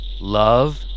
Love